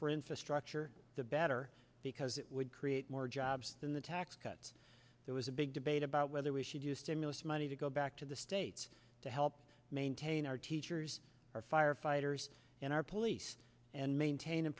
infrastructure the better because it would create more jobs in the tax cuts there was a big debate about whether we should use stimulus money to go back to the states to help maintain our teachers our firefighters and our police and maintain a